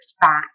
back